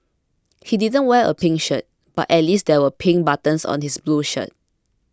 he didn't wear a pink shirt but at least there were pink buttons on his blue shirt